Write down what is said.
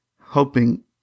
hoping